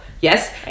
Yes